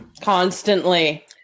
Constantly